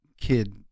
kid